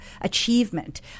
achievement